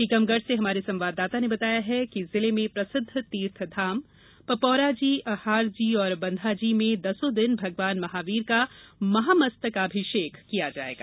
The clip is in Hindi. टीकमगढ़ से हमारे संवाददाता ने बताया है कि जिले में प्रसिद्ध तीर्थ धाम पपौरा जी अहार जी बंधा जी में दसो दिन भगवान महावीर का महामस्तकाभिषेक किया जायेगा